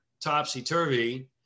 topsy-turvy